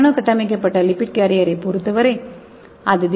நானோ கட்டமைக்கப்பட்ட லிப்பிட் கேரியரைப் பொறுத்தவரை அது